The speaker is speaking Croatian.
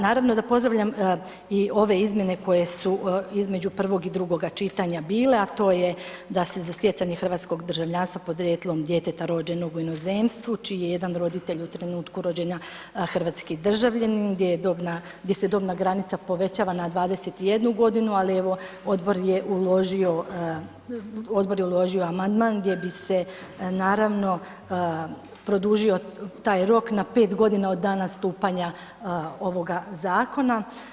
Naravno da pozdravljam i ove izmjene koje su između prvog i drugoga čitanja bile a to je da se za stjecanje hrvatskog državljanstva podrijetlom djeteta rođenog u inozemstvu čiji je jedan roditelj u trenutku rođenja hrvatski državljanin gdje se dobna granica povećava na 21 godinu ali evo odbor je uložio amandman gdje bi se naravno produžio taj rok na 5 godina od dana stupanja ovoga zakona.